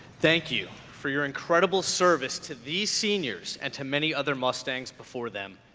thank you for your incredible service to these seniors and to many other mustangs before them